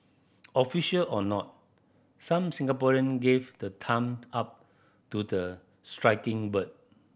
official or not some Singaporean gave the thumb up to the striking bird